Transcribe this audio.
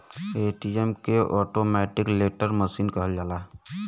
ATM के automatic teller machine कहल जाला